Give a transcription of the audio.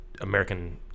American